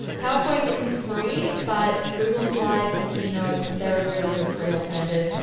powerpoint isn't free but google slides or keynote, they're a really good free alternative.